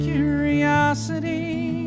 Curiosity